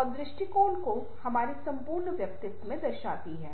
और दृष्टिकोण को हमारे संपूर्ण व्यक्तित्व में दर्शाते हैं